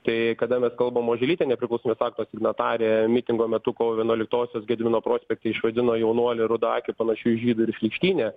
tai kada mes kalbam oželytė nepriklausomybės akto signatarė mitingo metu kovo vienuoliktosios gedimino prospekte išvadino jaunuolį rudaakiu panašiu į žydu ir šlykštyne